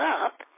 up